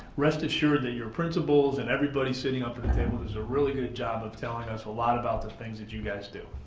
rest assured that your principals and everybody sitting up at the table, does a really good job of telling us a lot about the things that you guys do.